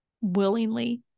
willingly